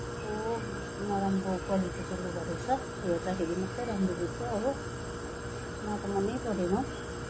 कस्तो नराम्रो क्वालिटीको लुगा रहेछ हेर्दाखेरि मात्रै राम्रो रहेछ हो मलाई त मनैपरेन हौ